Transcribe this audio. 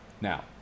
Now